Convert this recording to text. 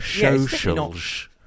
Socials